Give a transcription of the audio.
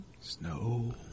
Snow